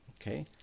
Okay